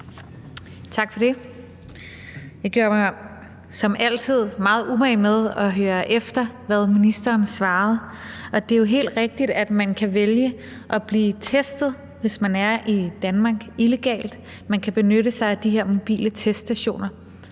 Tak for det. Jeg gjorde mig som altid meget umage med at høre efter, hvad ministeren svarede, og det er jo helt rigtigt, at man kan vælge at blive testet, hvis man er i Danmark illegalt. Man kan benytte sig af de her mobile teststationer.